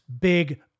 big